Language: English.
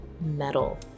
metal